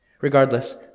Regardless